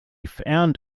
found